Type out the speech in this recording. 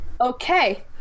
Okay